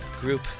Group